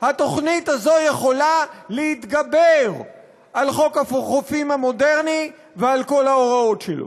התוכנית הזאת יכולה להתגבר על חוק החופים המודרני ועל כל ההוראות שלו.